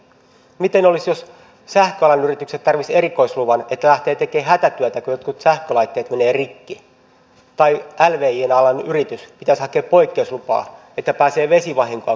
miten olisi jos sähköalan yritykset tarvitsisivat erikoisluvan että lähtevät tekemään hätätyötä kun jotkut sähkölaitteet menevät rikki tai lvi alan yrityksen pitäisi hakea poikkeuslupaa että pääsee vesivahinkoa korjaamaan juhlapyhänä